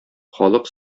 халык